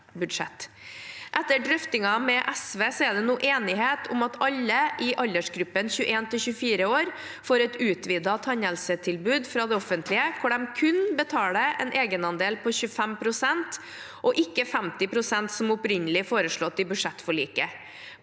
Etter drøftinger med SV er det nå enighet om at alle i aldersgruppen 21–24 år får et utvidet tannhelsetilbud fra det offentlige hvor de kun betaler en egenandel på 25 pst., og ikke 50 pst., som opprinnelig foreslått i budsjettforliket.